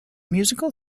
musical